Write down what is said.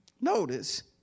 notice